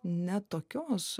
ne tokios